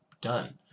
done